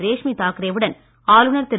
ரேஷ்மி தாக்ரேவுடன் ஆளுநர் திரு